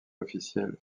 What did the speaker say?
officiel